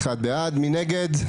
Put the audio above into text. מי נגד?